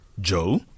Joe